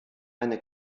eine